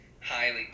highly